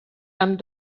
amb